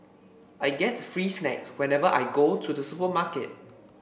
I get free snacks whenever I go to the supermarket